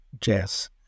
jazz